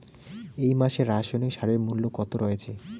এই মাসে রাসায়নিক সারের মূল্য কত রয়েছে?